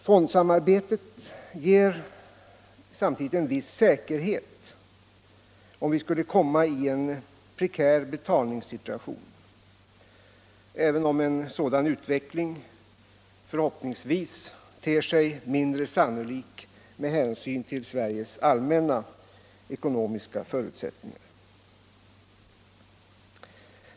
Fondsamarbetet ger samtidigt en viss säkerhet om vi skulle komma i en prekär betalningssituation, även om en sådan utveckling förhoppningsvis ter sig mindre sannolik med hänsyn till Sveriges allmänna ekonomiska förutsättningar.